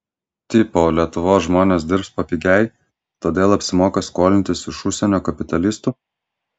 tipo lietuvos žmonės dirbs papigiai todėl apsimoka skolintis iš užsienio kapitalistų